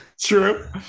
True